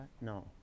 No